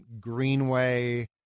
Greenway